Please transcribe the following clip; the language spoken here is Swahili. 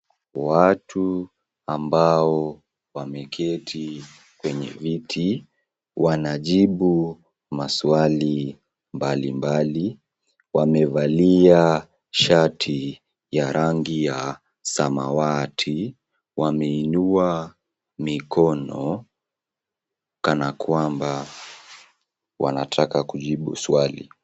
Watu ambao wameketi kwenye viti, wanajibu maswali mbalimbali. Wamevalia shati ya rangi ya samawati, wameinua mikono kana kwamba wanataka kujibu swali.